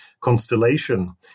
constellation